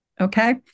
okay